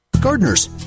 gardeners